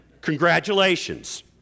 Congratulations